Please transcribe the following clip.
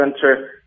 center